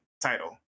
title